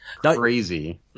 crazy